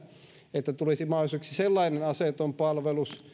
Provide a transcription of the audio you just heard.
että tulisi mahdolliseksi sellainen aseeton palvelus